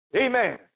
Amen